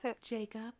Jacob